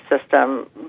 System